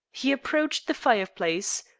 he approached the fireplace,